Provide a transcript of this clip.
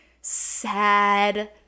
sad